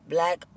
Black